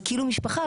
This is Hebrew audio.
זה כאילו משפחה,